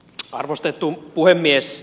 arvostettu puhemies